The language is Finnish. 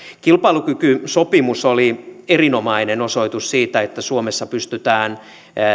kilpailukykysopimus oli erinomainen osoitus siitä että suomessa pystytään